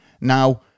Now